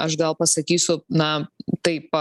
aš gal pasakysiu na taip